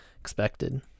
expected